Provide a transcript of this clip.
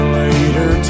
later